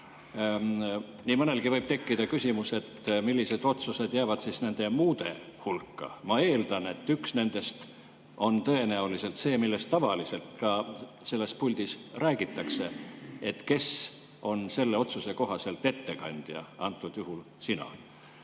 Nii mõnelgi võib tekkida küsimus, millised otsused jäävad nende muude hulka. Ma eeldan, et üks nendest on tõenäoliselt see, millest tavaliselt ka selles puldis räägitakse: et kes on selle otsuse kohaselt ettekandja, antud juhul siis